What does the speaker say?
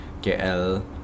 kl